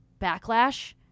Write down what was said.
backlash